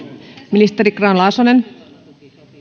ministeri grahn laasonen